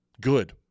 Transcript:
Good